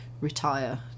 Retire